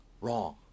wrong